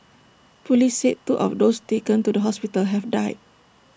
Police said two of those taken to the hospital have died